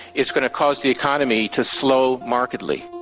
it's going to cause the economy to slow markedly.